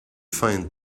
find